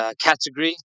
category